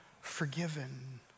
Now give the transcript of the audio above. forgiven